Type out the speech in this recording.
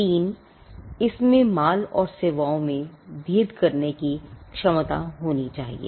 3इसमें माल और सेवाओं में भेद करने की क्षमता होनी चाहिए